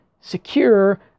secure